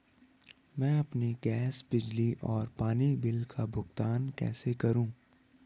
मैं अपने गैस, बिजली और पानी बिल का भुगतान कैसे करूँ?